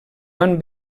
van